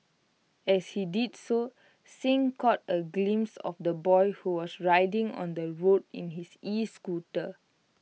as he did so Singh caught A glimpse of the boy who was riding on the road in his escooter